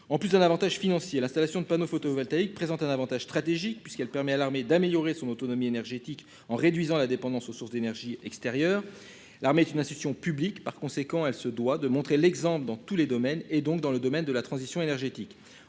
en plus un Avantage financier. L'installation de panneaux photovoltaïques présente un Avantage stratégique puisqu'elle permet à l'armée d'améliorer son autonomie énergétique en réduisant la dépendance aux sources d'énergie extérieure. L'armée est une institution publique. Par conséquent, elle se doit de montrer l'exemple dans tous les domaines et donc dans le domaine de la transition énergétique